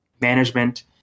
management